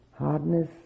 hardness